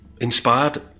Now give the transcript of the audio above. inspired